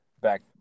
back